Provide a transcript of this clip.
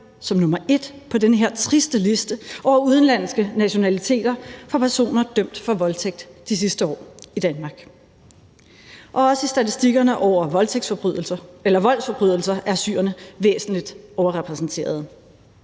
som nr. 1 på den her triste liste over udenlandske nationaliteter for personer dømt for voldtægt de sidste år i Danmark, og også i statistikkerne over voldsforbrydelser er syrerne væsentligt overrepræsenteret.